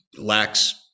lacks